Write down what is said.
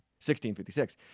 1656